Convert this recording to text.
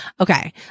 Okay